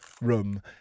room